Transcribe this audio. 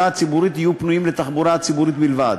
הציבורית יהיו פנויים לתחבורה הציבורית בלבד.